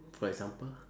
for example